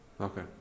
Okay